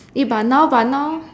eh but now but now